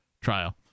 trial